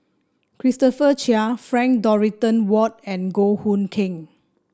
Christopher Chia Frank Dorrington Ward and Goh Hood Keng